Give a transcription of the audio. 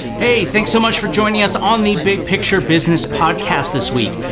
hey, thanks so much for joining us on the big picture business podcast this week.